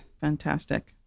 fantastic